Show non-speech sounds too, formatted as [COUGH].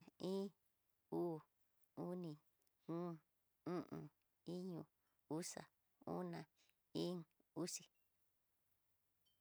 Iin, uu, oni, kom, o'on, iño, uxa, ona, íín, uxi. [NOISE]